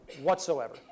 whatsoever